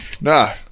Nah